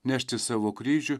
nešti savo kryžių